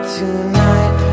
tonight